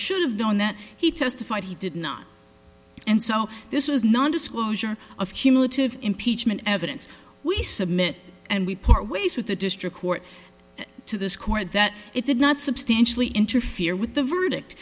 should have known that he testified he did not and so this was non disclosure of cumulative impeachment evidence we submit and we part ways with the district court to this court that it did not substantially interfere with the verdict